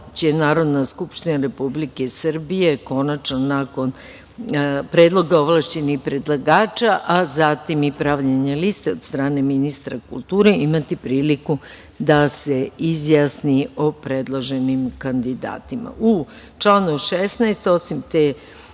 Narodna skupština Republike Srbije, konačno nakon predloga ovlašćenih predlagača, a zatim i pravljenje liste od strane ministra kulture, imati priliku da se izjasni o predloženim kandidatima.U članu 16, osim te